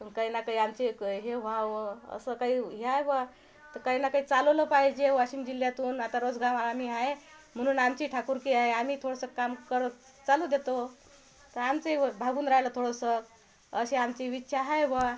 आणि काही ना काही आमचे के हे व्हावं असं काही हे आहे बुवा तर काही ना काही चालवलं पाहिजे वाशिम जिल्ह्यातून आता रोजगार हमी आहे म्हणून आमची ठाकूरकी आहे आम्ही थोडंसं काम करत चालू देतो का आमचंही भागून राहिलं थोडंसं अशी आमची विच्छा आहे बुवा